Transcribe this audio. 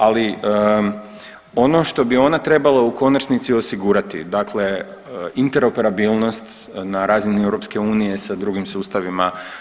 Ali ono što bi ona trebala u konačnici osigurati, dakle interoperabilnost na razini EU sa drugim sustavima.